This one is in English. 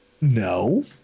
No